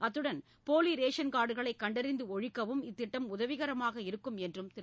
அத்துடன் போலி ரேஷன் கார்டுகளை கண்டறிந்து ஒழிக்கவும் இத்திட்டம் உதவிகரமாக இருக்கும் என திரு